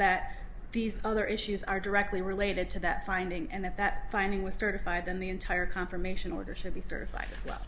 that these other issues are directly related to that finding and that that finding was certified then the entire confirmation order should be certified